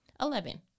Eleven